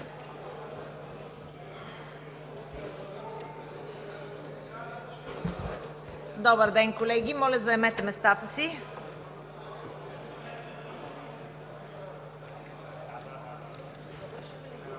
Добър ден, колеги! Моля, заемете местата си.